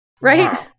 Right